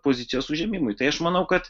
pozicijos užėmimui tai aš manau kad